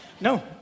No